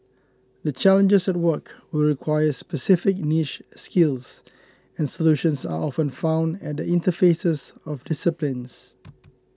the challenges at work will require specific niche skills and solutions are often found at the interfaces of disciplines